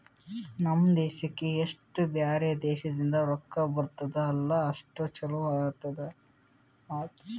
ನಮ್ ದೇಶಕ್ಕೆ ಎಸ್ಟ್ ಬ್ಯಾರೆ ದೇಶದಿಂದ್ ರೊಕ್ಕಾ ಬರ್ತುದ್ ಅಲ್ಲಾ ಅಷ್ಟು ಛಲೋ ಆತ್ತುದ್